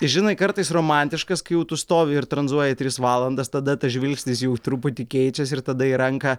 žinai kartais romantiškas kai jau tu stovi ir tranzuoji tris valandas tada tas žvilgsnis jau truputį keičias ir tada į ranką